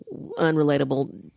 unrelatable